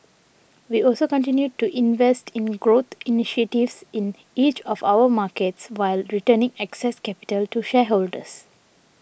we also continued to invest in growth initiatives in each of our markets while returning excess capital to shareholders